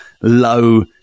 low